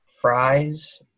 fries